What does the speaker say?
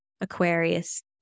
Aquarius